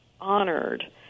honored